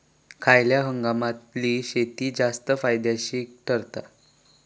खयल्या हंगामातली शेती जास्त फायद्याची ठरता?